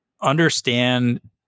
understand